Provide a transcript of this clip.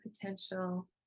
potential